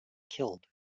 killed